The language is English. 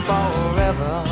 Forever